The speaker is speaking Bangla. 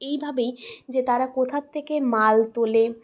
এইভাবেই যে তারা কোথার থেকে মাল তোলে